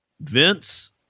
vince